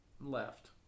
Left